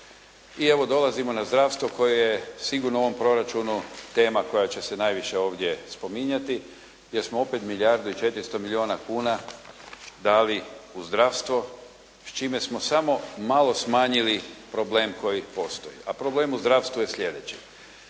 I evo dolazimo na zdravstvo koje je sigurno u ovom proračunu tema koja će se najviše ovdje spominjati, jer smo opet milijardu i 400 milijuna kuna dali u zdravstvo s čime smo samo malo smanjili problem koji postoji. A problem u zdravstvu je sljedeći.